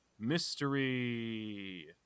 Mystery